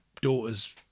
daughter's